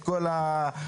את כל הלכלוך,